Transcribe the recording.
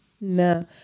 No